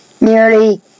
nearly